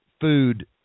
food